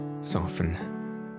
soften